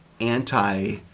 anti